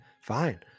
fine